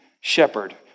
shepherd